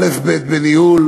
אלף-בית בניהול